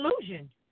illusion